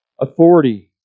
authority